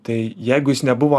tai jeigu jis nebuvo